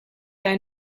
hij